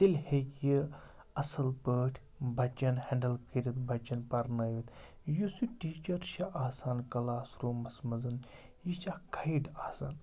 تیٚلہِ ہیٚکہِ یہِ اَصٕل پٲٹھۍ بَچَن ہٮ۪نٛڈٕل کٔرِتھ بَچَن پَرنٲوِتھ یُس یہِ ٹیٖچَر چھِ آسان کَلاس روٗمَس منٛز یہِ چھِ اَکھ کھیڈ آسان اَکھ